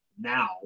now